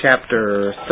chapter